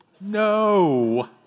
No